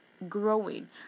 growing